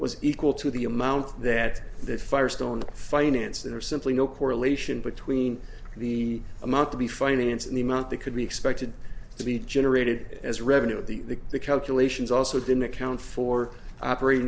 was equal to the amount that they firestone financed that or simply no correlation between the amount to be financed and the amount that could be expected to be generated as revenue of the calculations also didn't account for operating